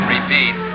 Repeat